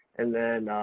and then,